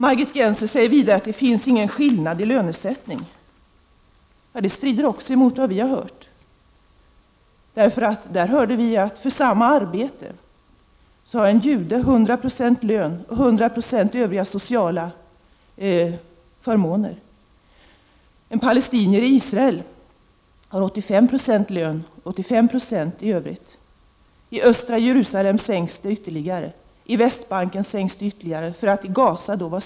Margit Gennser säger också det det inte finns någon skillnad i fråga om lönesättningen. Men det påståendet strider också mot vad vi har hört. Vi har nämligen hört att för samma arbete har en jude 100 6 lön och 100 96 sociala förmåner. För en palestinier i Israel gäller däremot 85 96 lön och 85 96 i övrigt. I östra Jerusalem sänks procentalet ytterligare och på Västbanken sänks det ännu mera.